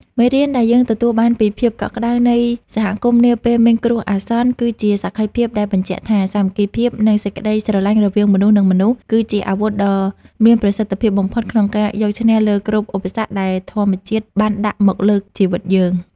មេរៀនដែលយើងទទួលបានពីភាពកក់ក្ដៅនៃសហគមន៍នាពេលមានគ្រោះអាសន្ន គឺជាសក្ខីភាពដែលបញ្ជាក់ថា សាមគ្គីភាព និងសេចក្តីស្រឡាញ់រវាងមនុស្ស និងមនុស្ស គឺជាអាវុធដ៏មានប្រសិទ្ធភាពបំផុតក្នុងការយកឈ្នះលើគ្រប់ឧបសគ្គដែលធម្មជាតិបានដាក់មកលើជីវិតយើង។